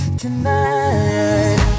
tonight